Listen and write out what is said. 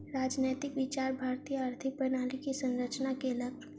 राजनैतिक विचार भारतीय आर्थिक प्रणाली के संरचना केलक